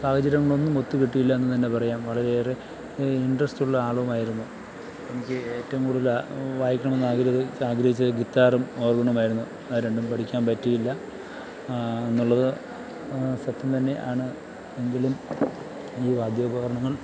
സാഹചര്യങ്ങളൊന്നും ഒത്തുകിട്ടിയില്ല എന്നുതന്നെ പറയാം വളരെയേറെ ഇൻടറസ്റ്റ് ഉള്ള ആളും ആയിരിന്നു എനിക്ക് ഏറ്റവും കൂടുതൽ വായിക്കണം എന്ന് ആഗ്രഹിച്ചത് ഗിറ്റാറും ഓര്ഗനും ആയിരുന്നു അത് രണ്ടും പഠിക്കാൻ പറ്റിയില്ല എന്നുള്ളത് സത്യം തന്നെ ആണ് എങ്കിലും ഈ വാദ്യോപകരണങ്ങൾ